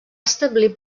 establir